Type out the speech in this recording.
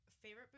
favorite